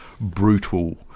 brutal